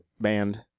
band